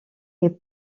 n’est